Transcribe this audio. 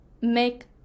make